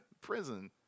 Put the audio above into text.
prison